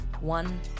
one